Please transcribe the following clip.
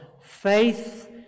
faith